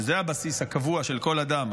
שזה הבסיס הקבוע של כל אדם,